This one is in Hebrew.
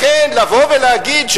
לכן לבוא ולהגיד,